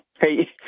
hey